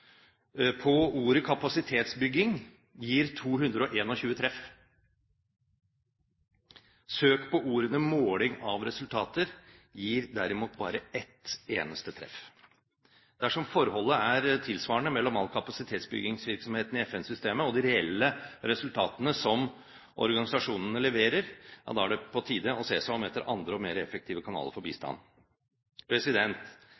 på ordet «kapasitetsbygging» gir 221 treff. Søk på ordene «måling av resultater» gir derimot bare ett eneste treff. Dersom forholdet er tilsvarende mellom all kapasitetsbyggingsvirksomheten i FN-systemet og de reelle resultatene som organisasjonen leverer, ja da er det på tide å se seg om etter andre og mer effektive kanaler for